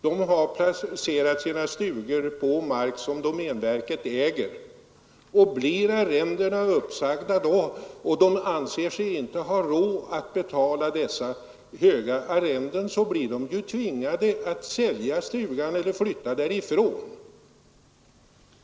De har placerat sina stugor på mark som domänverket äger, och blir arrendena uppsagda och de inte anser sig ha råd att betala dessa höga arrenden, tvingas de att sälja stugan eller flytta därifrån.